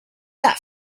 that